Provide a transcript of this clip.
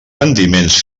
rendiments